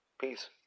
Peace